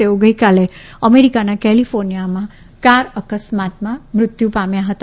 તેઓ ગઇકાલે અમેરિકાના કેલીફોર્નિયામાં કાર અકસ્માતમાં મૃત્યુ પામ્યા હતા